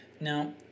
Now